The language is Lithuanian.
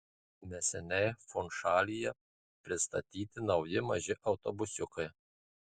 neseniai funšalyje pristatyti nauji maži autobusiukai